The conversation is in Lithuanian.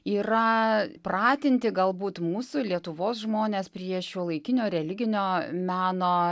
yra pratinti galbūt mūsų lietuvos žmones prie šiuolaikinio religinio meno